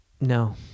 No